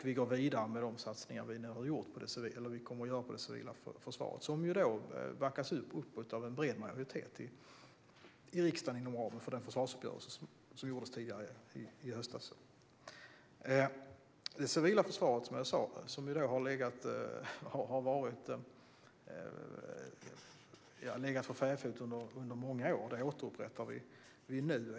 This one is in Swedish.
Vi går vidare med de satsningar som vi kommer att göra på det civila försvaret, satsningar som backas upp av en bred majoritet i riksdagen inom ramen för försvarsuppgörelsen i höstas. Det civila försvaret har, som jag sa, legat för fäfot under många år. Det återupprättar vi nu.